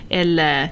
eller